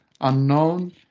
unknown